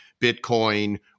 Bitcoin